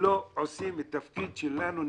לא עושים את התפקיד שלנו נאמנה.